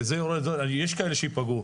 יש כאלה שייפגעו,